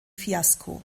fiasko